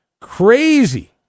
crazy